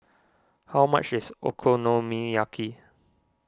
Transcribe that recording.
how much is Okonomiyaki